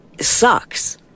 sucks